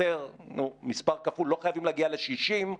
לא חייבים להגיע ל-60,